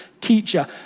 teacher